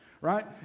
right